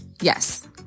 Yes